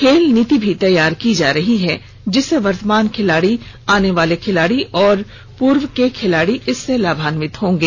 खेल नीति भी तैयार की जा रही है जिससे वर्तमान खिलाड़ी आने वाले खिलाड़ी और पूर्व खिलाड़ी लाभान्वित होंगे